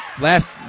Last